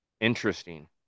interesting